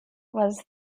was